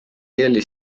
kelly